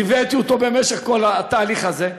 ליוויתי אותו במשך כל התהליך הזה,